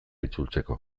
itzultzeko